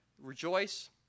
rejoice